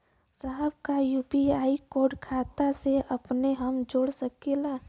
साहब का UPI code खाता से अपने हम जोड़ सकेला?